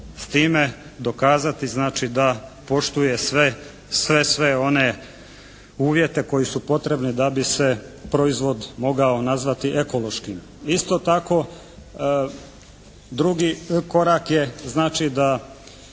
s time dokazati znači da poštuje sve one uvjete koji su potrebni da bi se proizvod mogao nazvati ekološkim. Isto tako, drugi korak je